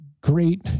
great